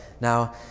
Now